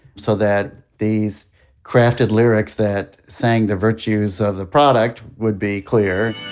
so that these crafted lyrics that sang the virtues of the product would be clear